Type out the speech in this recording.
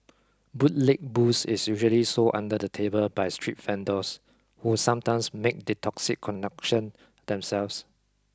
bootleg booze is usually sold under the table by street vendors who sometimes make the toxic conduction themselves